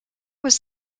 was